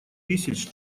тысяч